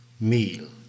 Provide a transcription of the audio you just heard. meal